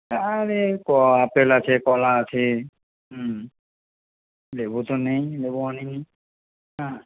আরে আপেল আছে কলা আছে হুম লেবু তো নেই লেবু আনিনি হ্যাঁ